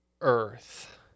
Earth